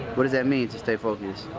what does that mean to stay focused?